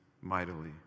mightily